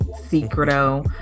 secreto